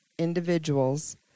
individuals